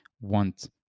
want